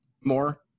more